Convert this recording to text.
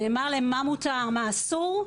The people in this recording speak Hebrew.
נאמר להם מה מותר, מה אסור,